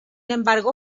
embargo